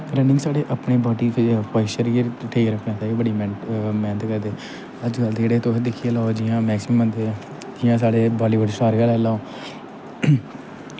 running साढ़े अपने body posture गी ठीक रक्खने ताईं बड़ी मैह्नत करदे अज्ज कल दे जेह्ड़े तुस दिक्खी गै लाओ जियां मैक्सिमम बंदे जियां साढ़े बॉलीबुड स्टार गै लाई लैओ